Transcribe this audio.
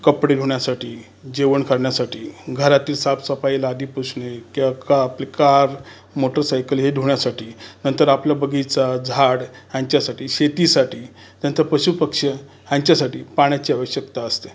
कपडे धुण्यासाठी जेवण करण्यासाठी घरातील साफसफाई लादी पुसणे किंवा का आपली कार मोटारसायकल हे धुण्यासाठी नंतर आपलं बगीचा झाड यांच्यासाठी शेतीसाठी नंतर पशूपक्षी यांच्यासाठी पाण्याची आवश्यकता असते